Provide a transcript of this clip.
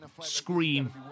Scream